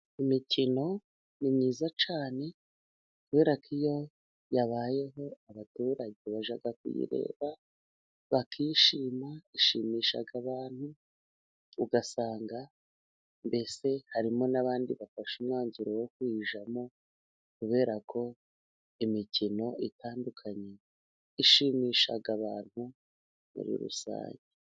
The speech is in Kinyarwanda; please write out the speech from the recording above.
Imikino ni myiza cyane kubera ko iyo yabayeho, abaturage bajya kuyireba bakishima ,ishimisha abantu, ugasanga mbese harimo n'abandi bafashe umwanzuro wo kuyijyamo kubera ko imikino itandukanye ,ishimisha abantu muri rusange.